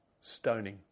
Stoning